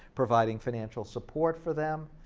providing financial support for them.